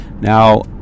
Now